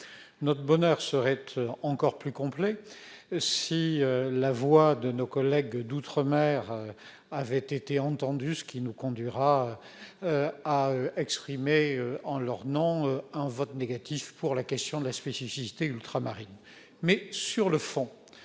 Notre bonheur serait encore plus complet si la voix de nos collègues d'outre-mer avait été entendue, ce qui nous conduira à exprimer, en leur nom, un vote négatif pour la question de la spécificité ultramarine. Sur le fond,